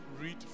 read